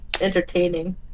entertaining